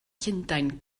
llundain